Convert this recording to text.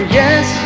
yes